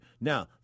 Now